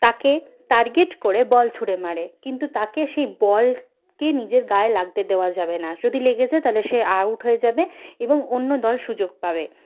তাকে টার্গেট করে বল ছুড়ে মারে কিন্তু তাকে সেই বলকে নিজের গায়ে লাগতে দেওয়া যাবে না যদি লেগে যায় তাহলে সে আউট হয়ে যাবে এবং অন্য দল সুযোগ পাবে